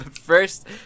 First